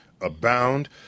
abound